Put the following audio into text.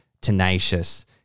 tenacious